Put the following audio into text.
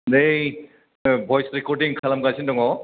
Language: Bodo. नै भयस रेकरडिं खालामगासिनो दङ